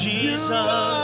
Jesus